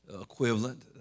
equivalent